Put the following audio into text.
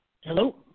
Hello